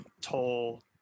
toll